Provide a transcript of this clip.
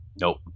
nope